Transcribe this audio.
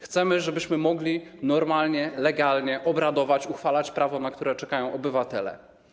Chcemy, żebyśmy mogli normalnie, legalnie obradować, uchwalać prawo, na które czekają obywatele.